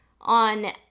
on